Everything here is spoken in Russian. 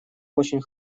очень